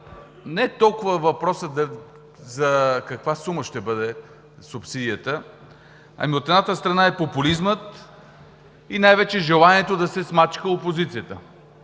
не толкова е въпросът за това на каква сума ще е субсидията, ами от едната страна е популизмът, и най-вече желанието да се смачка опозицията.